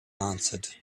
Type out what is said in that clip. answered